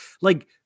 Like-